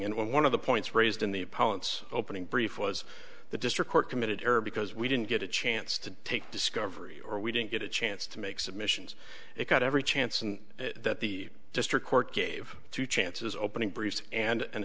and one of the points raised in the opponent's opening brief was the district court committed error because we didn't get a chance to take discovery or we didn't get a chance to make submissions it got every chance and that the district court gave two chances opening briefs and